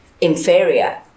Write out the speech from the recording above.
inferior